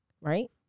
right